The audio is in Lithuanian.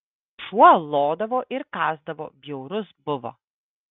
šuo lodavo ir kąsdavo bjaurus buvo